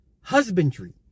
husbandry